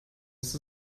ist